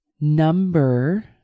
Number